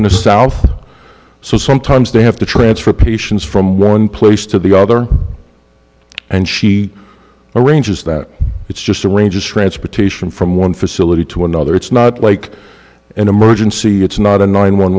a south so sometimes they have to transfer patients from one place to the other and she arranges that it's just a range of transportation from one facility to another it's not like an emergency it's not a nine one